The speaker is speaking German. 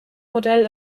modell